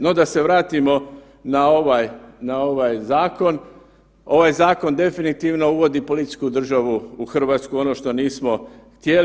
No, da se vratimo na ovaj zakon, ovaj zakon definitivno uvodi političku državu u Hrvatsku, ono što nismo htjeli.